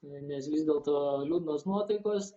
nes vis dėlto liūdnos nuotaikos